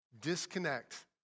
Disconnect